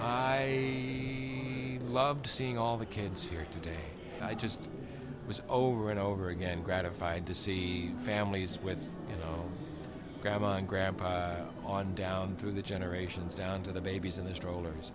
a loved seeing all the kids here today i just was over and over again gratified to see families with you know grandma and grandpa on down through the generations down to the babies in the stroller